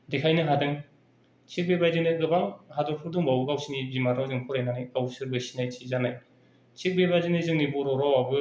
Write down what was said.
देखायनो हादों थिग बेबायदिनो गोबां हादरफोर दंबावयो गावसिनि बिमा रावजों फरायनानै गावसोरबो सिनायथि जानाय थिग बिदिनो जोंनि बर' रावआबो